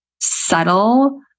subtle